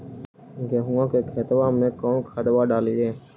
गेहुआ के खेतवा में कौन खदबा डालिए?